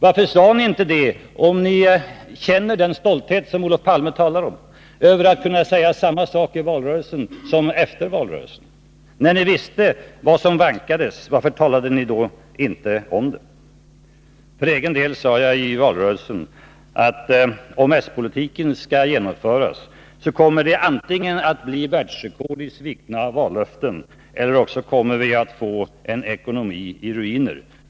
Varför sade ni inte det, om ni känner den stolthet, som Olof Palme talar om, över att kunna säga samma sak i valrörelsen som efter valrörelsen? När ni visste vad som vankades, varför talade ni då inte om det? För egen del sade jag i valrörelsen att om s-politiken skall genomföras, så kommer det antingen att bli världsrekord i svikna vallöften, eller också kommer det att bli en ekonomi i ruiner.